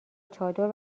چادر